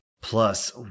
Plus